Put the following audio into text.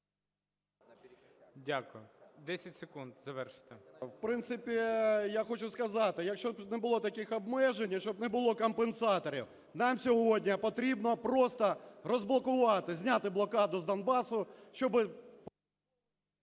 Дякую. 10 секунд, завершуйте. МОРОЗ В.В. В принципі, я хочу сказати, щоб не було таких обмежень і щоб не було компенсаторів, нам сьогодні потрібно просто розблокувати, зняти блокаду з Донбасу, щоб…